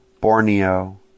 Borneo